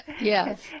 Yes